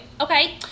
Okay